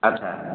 ଆଚ୍ଛା